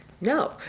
no